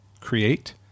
Create